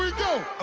go,